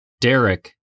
Derek